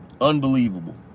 Unbelievable